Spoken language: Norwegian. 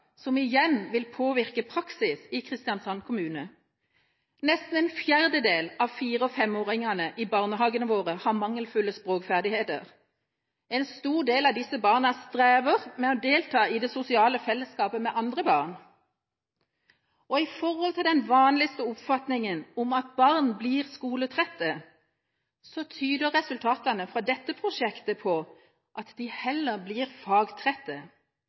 som igjen vil påvirke praksis i Kristiansand kommune. Nesten en fjerdedel av fire- og femåringene i barnehagene våre har mangelfulle språkferdigheter. En stor del av disse barna strever med å delta i det sosiale fellesskapet med andre barn. I forhold den vanligste oppfatningen om at barn blir «skoletrette», tyder resultatene fra dette prosjektet på at de heller blir